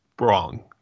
wrong